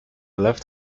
left